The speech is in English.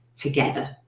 together